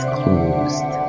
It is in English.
closed